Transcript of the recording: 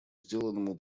сделанному